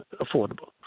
affordable